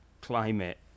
climate